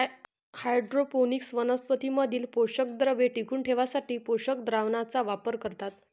hydroponics वनस्पतीं मधील पोषकद्रव्ये टिकवून ठेवण्यासाठी पोषक द्रावणाचा वापर करतात